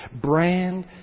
brand